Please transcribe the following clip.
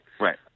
Right